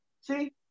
See